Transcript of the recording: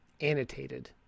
Annotated